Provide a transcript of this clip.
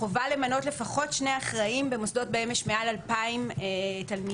חובה למנות לפחות שני אחראים במוסדות שיש בהם מעל 2,000 תלמידים.